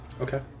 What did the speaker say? Okay